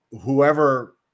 whoever –